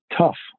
tough